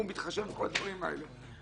הוא מתחשב בכל הדברים האלה.